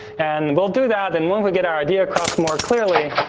and we'll do that, and when we get our idea across more clearly,